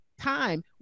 time